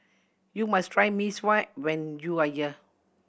you must try Mee Sua when you are here